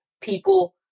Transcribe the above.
people